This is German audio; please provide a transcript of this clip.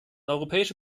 europäische